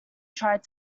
tried